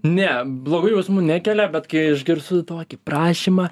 ne blogų jausmų nekelia bet kai išgirstu tokį prašymą